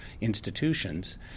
institutions